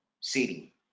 city